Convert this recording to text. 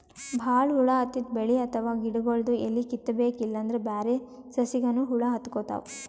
ಭಾಳ್ ಹುಳ ಹತ್ತಿದ್ ಬೆಳಿ ಅಥವಾ ಗಿಡಗೊಳ್ದು ಎಲಿ ಕಿತ್ತಬೇಕ್ ಇಲ್ಲಂದ್ರ ಬ್ಯಾರೆ ಸಸಿಗನೂ ಹುಳ ಹತ್ಕೊತಾವ್